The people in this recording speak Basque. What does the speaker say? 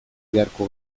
beharko